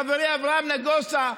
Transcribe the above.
חברי אברהם נגוסה,